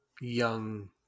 young